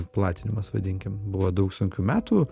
platinimas vadinkim buvo daug sunkių metų